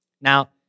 Now